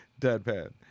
deadpan